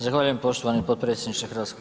Zahvaljujem poštovani potpredsjedniče HS.